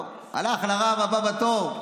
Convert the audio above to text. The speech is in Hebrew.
טוב, הלך לרב הבא בתור.